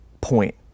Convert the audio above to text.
point